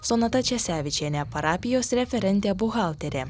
sonata česevičienė parapijos referentė buhalterė